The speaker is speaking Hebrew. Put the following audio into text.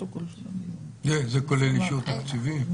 זה כולל אישור תקציבי?